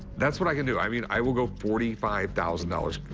that's what i can do. i mean, i will go forty five thousand dollars.